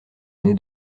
nez